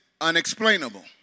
unexplainable